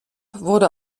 wurde